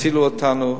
תצילו אותנו,